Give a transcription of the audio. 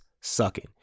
sucking